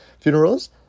funerals